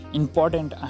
important